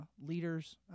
leaders